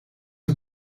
een